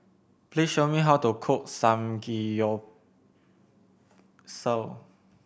please show me how to cook Samgeyopsal